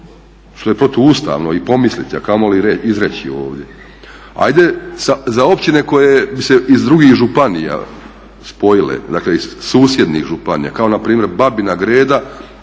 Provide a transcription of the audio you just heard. što je protuustavno i pomisliti, a kamoli izreći ovdje. Ajde za općine koje bi se iz drugih županija spojile dakle susjednih županija kao npr. Babina Greda